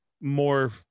more